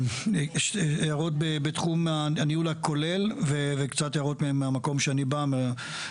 יש הערות בתחום הניהול הכולל וקצת הערות מהמקום שאני בא ממנו,